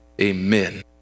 amen